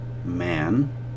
man